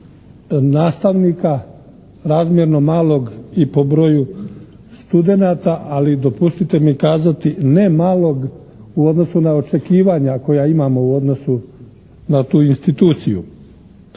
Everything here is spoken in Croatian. nastavnika, razmjerno malog i po broju studenata, ali dopustite mi kazati ne malog u odnosu na očekivanja koja imamo u odnosu na tu instituciju.